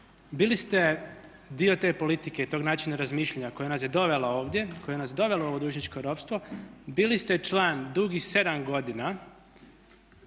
bili ste dio te politike i tog načina razmišljanja koja nas je dovela ovdje, koja nas je dovela u ovo družničko ropstvo, bili ste član dugih sedam godina